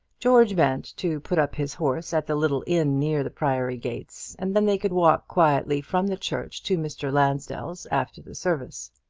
george meant to put up his horse at the little inn near the priory gates, and then they could walk quietly from the church to mr. lansdell's after the service.